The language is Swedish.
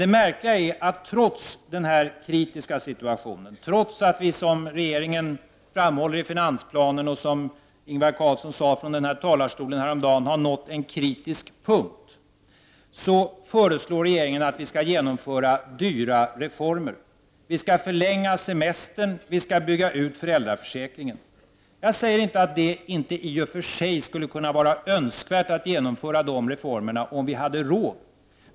Det märkliga är emellertid att trots att vi har denna kritiska situation och trots att vi som regeringen framhåller i finansplanen och som Ingvar Carlsson sade från den här talarstolen häromdagen har nått en kritisk punkt, så föreslår regeringen att vi skall genomföra dyra reformer. Vi skall förlänga semestern, och vi skall bygga ut föräldraförsäkringen. Jag säger inte att det i och för sig inte skulle kunna vara önskvärt att genomföra dessa reformer om vi hade råd.